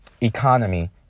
economy